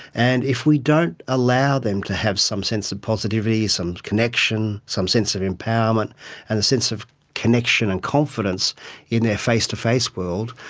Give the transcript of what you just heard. and if we don't allow them to have some sense of positivity, some connection, some sense of empowerment and a sense of connection and confidence in their face-to-face world,